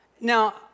now